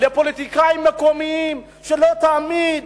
לפוליטיקאים מקומיים שלא תמיד